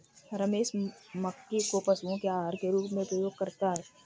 रमेश मक्के को पशुओं के आहार के रूप में उपयोग करता है